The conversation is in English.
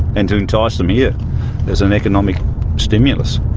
and to entice them here as an economic stimulus.